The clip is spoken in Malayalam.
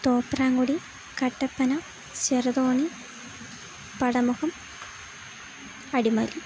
തോപ്രാംകുടി കട്ടപ്പന ചെറുതോണി പടമുഖം അടിമാലി